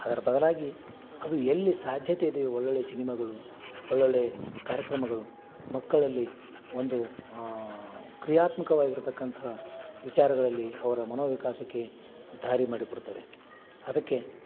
ಅದರ ಬದಲಾಗಿ ಅದು ಎಲ್ಲಿ ಸಾಧ್ಯತೆ ಇದೆಯೋ ಒಳ್ಳೊಳ್ಳೆಯ ಸಿನಿಮಾಗಳು ಒಳ್ಳೊಳ್ಳೆಯ ಕಾರ್ಯಕ್ರಮಗಳು ಮಕ್ಕಳಲ್ಲಿ ಒಂದು ಕ್ರಿಯಾತ್ಮಕವಾಗಿ ಇರತಕ್ಕಂತಹ ವಿಚಾರಗಳಲ್ಲಿ ಅವರ ಮನೋವಿಕಾಸಕ್ಕೆ ದಾರಿ ಮಾಡಿಕೊಡ್ತವೆ ಅದಕ್ಕೆ